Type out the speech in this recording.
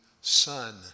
son